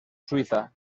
suiza